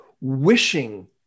wishing